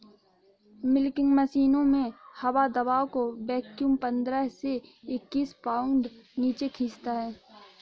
milking मशीनों में हवा दबाव को वैक्यूम पंद्रह से इक्कीस पाउंड नीचे खींचता है